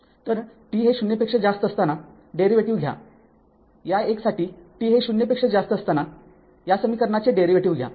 तर t हे ० पेक्षा जास्त असताना डेरीवेटीव्ह घ्या या १ साठी t हे ० पेक्षा जास्त असताना या समीकरणाचे डेरीवेटीव्ह घ्या